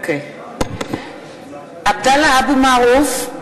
(קוראת בשמות חברי הכנסת) עבדאללה אבו מערוף,